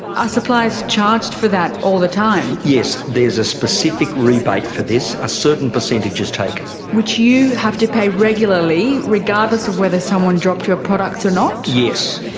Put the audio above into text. are suppliers charged for that all the time? yes there is a specific rebate for this, a certain percentage is taken. which you have to pay regularly, regardless of whether someone dropped your products or not? yes.